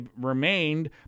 remained